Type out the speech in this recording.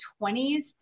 20s